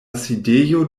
sidejo